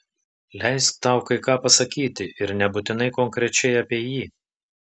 leisk tau kai ką pasakyti ir nebūtinai konkrečiai apie jį